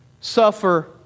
suffer